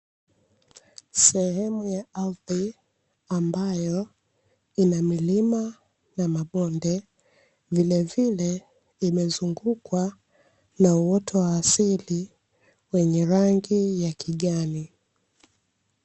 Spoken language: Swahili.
Sehemu ya ardhi ambayo ina milima na mabonde, vilevile imezungukwa na uoto wa asili wenye rangi ya kijani.